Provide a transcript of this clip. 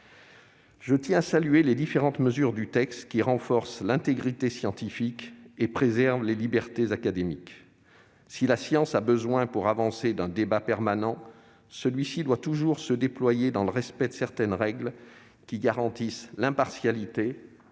Je tiens à saluer les différentes mesures du texte qui renforcent l'intégrité scientifique et préservent les libertés académiques. Si la science a besoin d'un débat permanent pour avancer, celui-ci doit toujours se déployer dans le respect de certaines règles qui garantissent, l'impartialité,